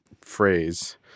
phrase